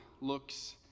looks